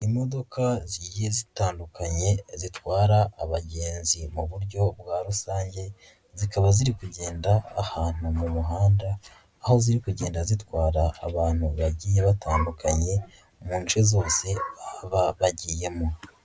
Imodoka zigiye zitandukanye, zitwara abagenzi mu buryo bwa rusange, zikaba ziri kugenda ahantu mu muhanda, aho ziri kugenda zitwara abantu bagiye batandukanye, mu nce zose baba bagiyemo.